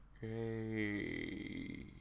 hey